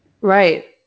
right